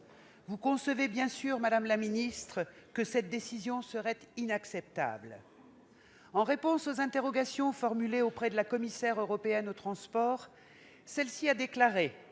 vous concevez bien que cette décision serait inacceptable. En réponse aux interrogations formulées auprès de la commissaire européenne aux transports, celle-ci a déclaré